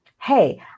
hey